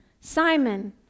Simon